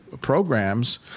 programs